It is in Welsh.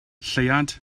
lleuad